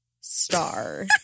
star